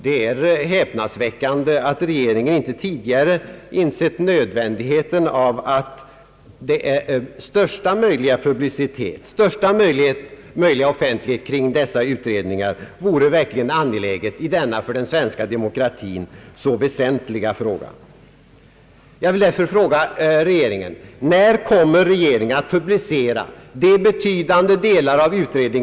Det är häpnadsväckande att regeringen inte tidigare insett att största möjliga publicitet, största möjliga offentlighet kring dessa utredningar verkligen vore angeläget i denna för den svenska demokratin så väsentliga fråga.